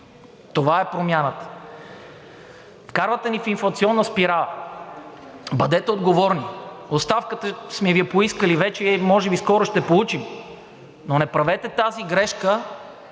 Това е промяната. Вкарвате ни в инфлационна спирала. Бъдете отговорни! Оставката сме Ви я поискали вече и може би скоро ще я получим, но не правете тази грешка